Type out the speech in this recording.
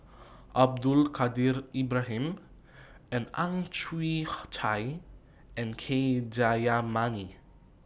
Abdul Kadir Ibrahim Ang Chwee Chai and K Jayamani